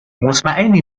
مطمئنی